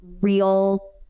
real